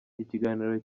ikiganiro